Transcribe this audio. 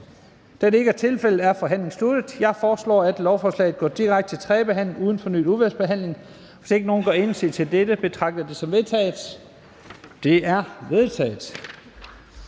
af RV og NB)? Det er vedtaget. Jeg foreslår, at lovforslagene går direkte til tredje behandling uden fornyet udvalgsbehandling. Hvis ingen gør indsigelse mod dette, betragter jeg det som vedtaget. Det er vedtaget.